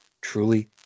truly